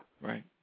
Right